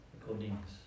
Recordings